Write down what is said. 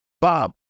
Bob